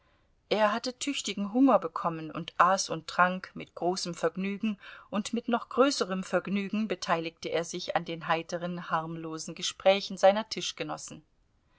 er hatte tüchtigen hunger bekommen und aß und trank mit großem vergnügen und mit noch größerem vergnügen beteiligte er sich an den heiteren harmlosen gesprächen seiner